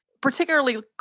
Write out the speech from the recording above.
particularly